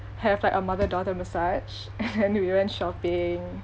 have like a mother daughter massage and then we went shopping